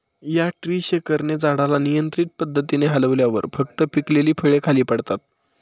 या ट्री शेकरने झाडाला नियंत्रित पद्धतीने हलवल्यावर फक्त पिकलेली फळे खाली पडतात